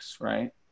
right